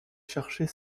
chercher